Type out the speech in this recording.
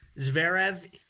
Zverev